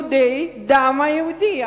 אני מאוד מודה.